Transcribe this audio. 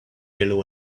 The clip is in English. yellow